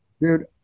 Dude